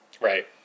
Right